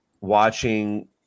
watching